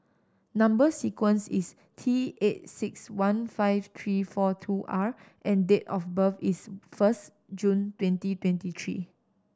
number sequence is T eight six one five three four two R and date of birth is first June twenty twenty three